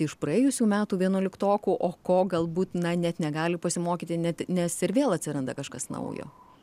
iš praėjusių metų vienuoliktokų o ko galbūt na net negali pasimokyti net nes ir vėl atsiranda kažkas naujo